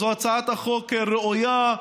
זו הצעת חוק ראויה,